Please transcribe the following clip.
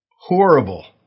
horrible